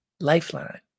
Lifeline